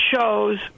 shows